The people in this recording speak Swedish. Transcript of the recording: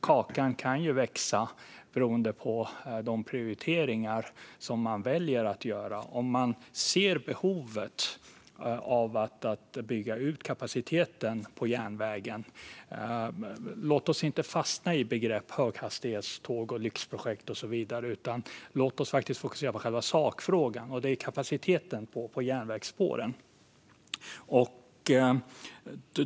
Kakan kan växa beroende på de prioriteringar man väljer att göra. Låt oss inte fastna i begrepp som höghastighetståg, lyxprojekt och så vidare, utan låt oss fokusera på sakfrågan, det vill säga kapaciteteten på järnvägsspåren.